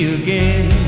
again